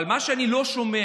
אבל מה שאני לא שומע,